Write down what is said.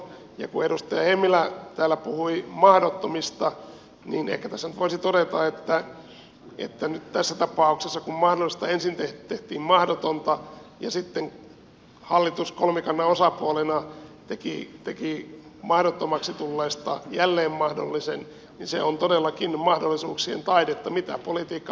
kun edustaja hemmilä täällä puhui mahdottomista niin ehkä tässä nyt voisi todeta että nyt tässä tapauksessa kun mahdollisesta ensin tehtiin mahdotonta ja sitten hallitus kolmikannan osapuolena teki mahdottomaksi tulleesta jälleen mahdollisen niin se on todellakin mahdollisuuksien taidetta mitä politiikka parhaimmillaan on